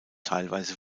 teilweise